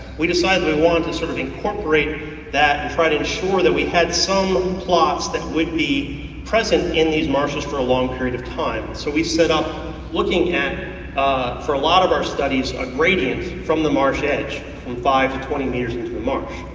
we decided that we wanted to sort of incorporate that and try to insure that we had some plots that would be present in these marshes for a long period of time. so we set up looking at for a lot of our studies, a gradient from the marsh edge, from five to twenty meters into the marsh.